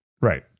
right